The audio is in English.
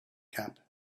camp